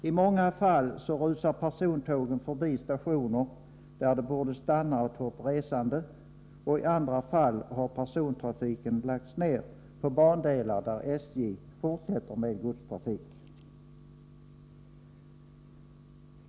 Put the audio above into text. I många fall rusar persontågen förbi stationer där de borde stanna och ta upp resande, och i andra fall har persontrafiken lagts ned på bandelar där SJ fortsätter med godstrafik.